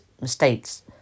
mistakes